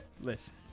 Listen